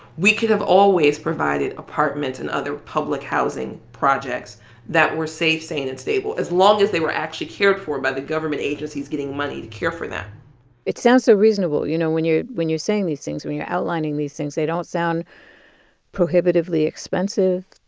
we could've always provided apartments and other public housing projects that were safe, sane and stable as long as they were actually cared for by the government agencies getting money to care for them it sounds so reasonable. you know, when you're when you're saying these things, when you're outlining these things, they don't sound prohibitively expensive.